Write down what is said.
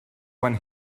when